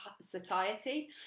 satiety